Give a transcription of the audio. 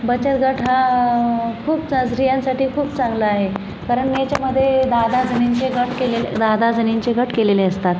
बचत गट हा खूप चा स्त्रियांसाठी खूप चांगला आहे कारण याच्यामध्ये दहा दहाजणींचे गट केलेले दहा दहाजणींचे गट केलेले असतात